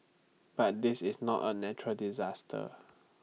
but this is not A natural disaster